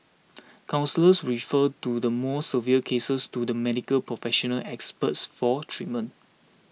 counsellors refer do the more severe cases to the Medical Professional Experts for treatment